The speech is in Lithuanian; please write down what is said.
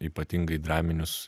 ypatingai draminius